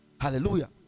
hallelujah